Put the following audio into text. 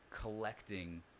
collecting